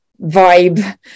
vibe